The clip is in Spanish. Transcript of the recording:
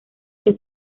que